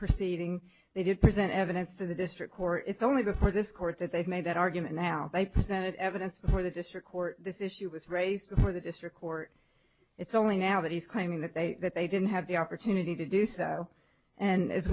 proceeding they did present evidence to the district court it's only before this court that they've made that argument now they presented evidence before the district court this issue was raised before the district court it's only now that he's claiming that they that they didn't have the opportunity to do so and as